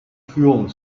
führung